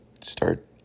start